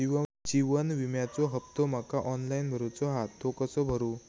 जीवन विम्याचो हफ्तो माका ऑनलाइन भरूचो हा तो कसो भरू?